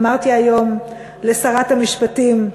אמרתי היום לשרת המשפטים,